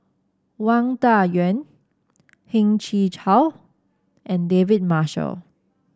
Wang Dayuan Heng Chee How and David Marshall